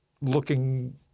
looking